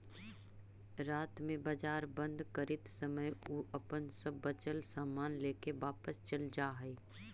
रात में बाजार बंद करित समय उ अपन सब बचल सामान लेके वापस चल जा हइ